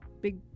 big